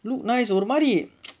look nice ஒரு மாரி:oru maari